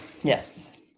Yes